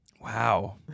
Wow